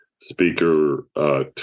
speaker